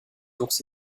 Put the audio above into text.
ours